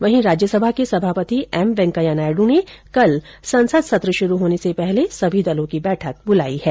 वहीं राज्यसभा के सभापित एम वेंकैया नायड ने कल संसद सत्र शुरू होने से पहले सभी दलों की बैठक बुलाई है